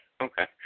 Okay